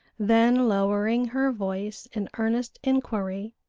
then, lowering her voice in earnest inquiry,